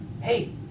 hey